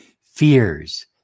fears